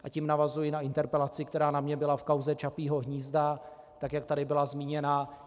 A tím navazuji na interpelaci, která na mě byla v kauze Čapího hnízda, tak jak tady byla zmíněna.